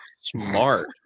smart